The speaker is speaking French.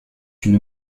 une